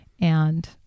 and-